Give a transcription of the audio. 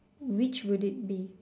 which would it be